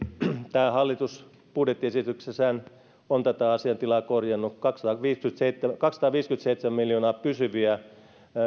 tämä hallitus budjettiesityksessään on tätä asiantilaa korjannut kaksisataaviisikymmentäseitsemän miljoonaa pysyviä